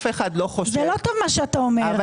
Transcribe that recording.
זה לא טוב מה שאתה אומר,